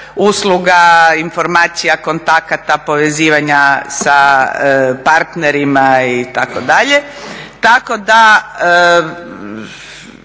usluga, informacija, kontakata, povezivanja sa partnerima, itd., tako da